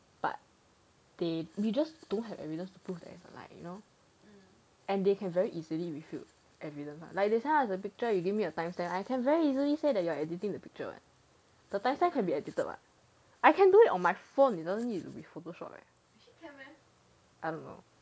but they we just don't have evidence to prove that is like you know and they can very easily revealed evidence like the send us the picture you give me a time stamp I can very easily say that you are editing the picture eh time stamp can be edited what I can do it on my phone you don't need to be photoshop eh I don't know